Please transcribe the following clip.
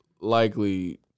likely